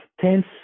tense